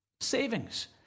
Savings